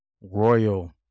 royal